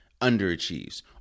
underachieves